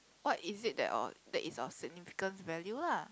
what is it that of that is of significance value lah